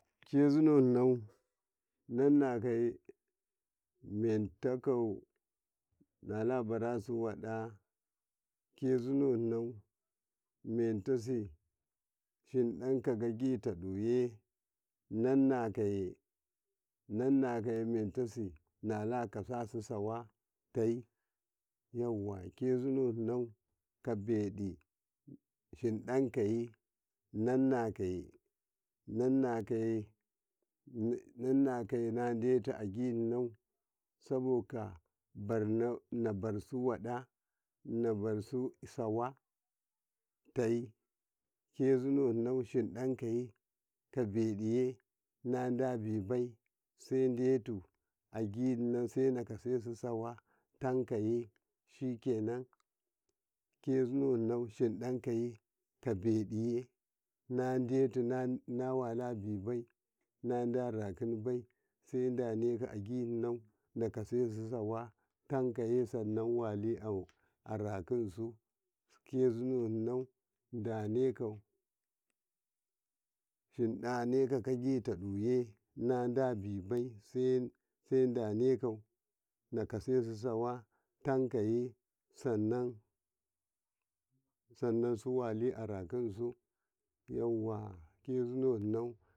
﻿kezinau na narinakaye metakau nalabarasu waɗa kezine non metasi hiƙakaji taɗuye nannakaye metasi nakasasu sawa te yawa kezinau kabe hiƙa ye nonnakaye nadetu a ginau saboka barno na basu waɗa na barsu sawa te kezinau hiɗakaye kabubye nadababe sai betu ajino senaka se sawa takaye shikenan kezino na hiɗakaye kabebye nadetu na wala bibe nadarakibe sedaneko a jino na kase sawa taka'a sanano wala rakibe sedaka ajino nakasesu sawa taka'a sawa rakisu kezuneo danaku hiɗaneku kajitaye nadabib sai danaku nakasesu sawa takaye sanan sanan suwali arakisu yawa.